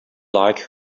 like